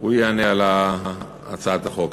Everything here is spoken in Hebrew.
הוא יענה על הצעת החוק,